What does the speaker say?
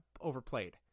overplayed